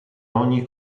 ogni